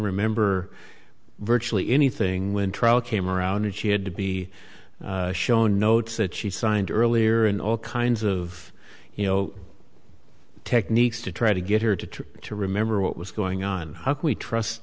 remember virtually anything when trial came around and she had to be shown notes that she signed earlier and all kinds of you know techniques to try to get her to try to remember what was going on how can we trust